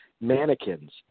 mannequins